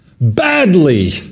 badly